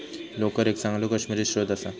लोकर एक चांगलो काश्मिरी स्त्रोत असा